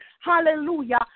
hallelujah